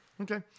Okay